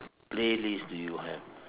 playlist do you have